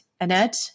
Annette